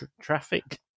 traffic